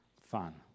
fun